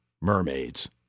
Mermaids